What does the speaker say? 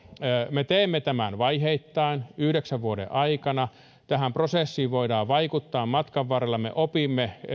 me teemme tämän vaiheittain yhdeksän vuoden aikana tähän prosessiin voidaan vaikuttaa matkan varrella me opimme